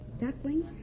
Duckling